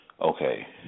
okay